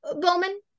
Bowman